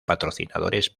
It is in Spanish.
patrocinadores